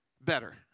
better